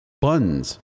buns